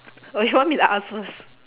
or you want me to ask first